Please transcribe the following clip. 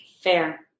Fair